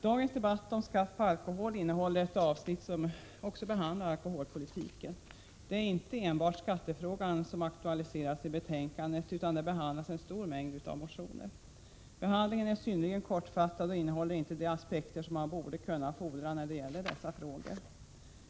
Dagens debatt om skatt på alkohol innehåller ett avsnitt som behandlar alkoholpolitiken. Det är inte enbart skattefrågan som aktualiseras i betänkandet, utan där behandlas en stor mängd motioner. Behandlingen är synnerligen kortfattad och innehåller inte de aspekter som man borde kunna fordra när det gäller dessa frågor.